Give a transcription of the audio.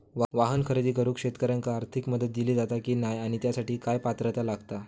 वाहन खरेदी करूक शेतकऱ्यांका आर्थिक मदत दिली जाता की नाय आणि त्यासाठी काय पात्रता लागता?